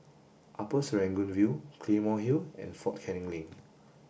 Upper Serangoon View Claymore Hill and Fort Canning Link